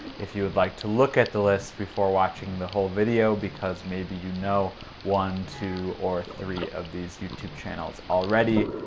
if you would like to look at the list before watching the whole video, because maybe you know one, two, or three of these youtube channels already,